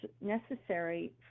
necessary